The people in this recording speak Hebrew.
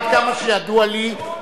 עד כמה שידוע לי,